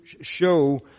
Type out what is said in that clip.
show